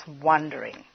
wondering